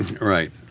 right